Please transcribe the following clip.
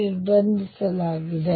ನಿರ್ಬಂಧಿಸಲಾಗಿದೆ